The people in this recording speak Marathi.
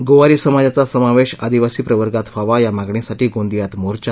गोवारी समाजाचा समावेश आदिवासी प्रवर्गात व्हावा या मागणीसाठी गोंदियात मोर्चा